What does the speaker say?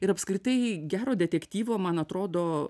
ir apskritai gero detektyvo man atrodo